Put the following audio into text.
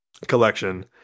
Collection